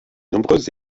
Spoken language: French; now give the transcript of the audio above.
nombreuses